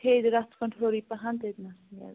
ہیرِ رَژھ کھنٛڈ ہیٚورٕے پَہن تٔتنسٕے حظ